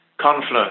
confluence